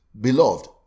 Beloved